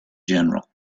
general